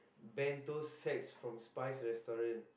bento sets from Spize restaurant